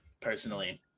personally